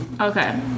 Okay